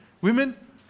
Women